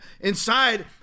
inside